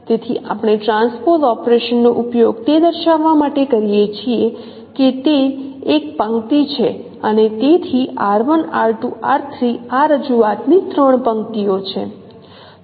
તેથી આપણે transpose operation નો ઉપયોગ તે દર્શાવવા માટે કરીએ કે તે એક પંક્તિ છે અને તેથી r1 r2 અને r3 આ રજૂઆતની ત્રણ પંક્તિઓ છે